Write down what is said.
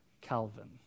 Calvin